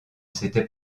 s’était